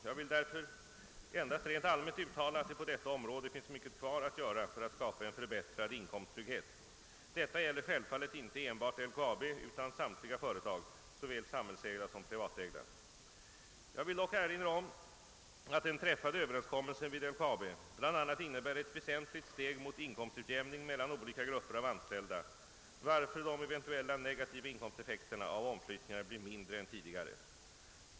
Jag vill därför endast rent allmänt uttala att det på detta område finns mycket kvar att göra för att skapa en förbättrad inkomsttrygghet. Detta gäller självfallet inte enbart LKAB utan samtliga företag, såväl samhällsägda som privatägda. Jag vill dock erinra om att den träffade överenskommelsen vid LKAB bl.a. innebär ett väsentligt steg mot inkomstutjämning mellan olika grupper av anställda, varför de eventuella negativa inkomsteffekterna av omflyttningar blir mindre än tidigare.